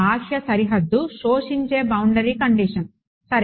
బాహ్య సరిహద్దు శోషించే బౌండరీ కండిషన్ సరే